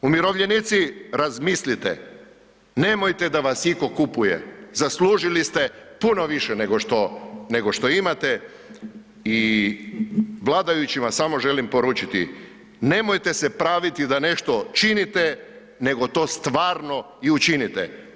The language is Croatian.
Umirovljenici razmislite nemojte da vas itko kupuje, zaslužili ste puno više nego, nego što imate i vladajućima samo želim poručiti, nemojte se praviti da nešto činite nego to stvarno i učinite.